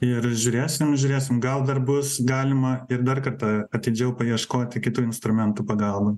ir žiūrėsim žiūrėsim gal dar bus galima ir dar kartą atidžiau paieškoti kitų instrumentų pagalba